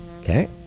okay